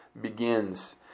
begins